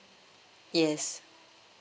yes